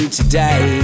today